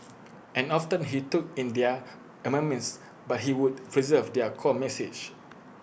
and often he took in their amendments but he would preserve their core message